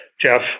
Jeff